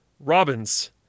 Robins